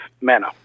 manner